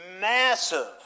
massive